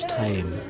time